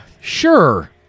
sure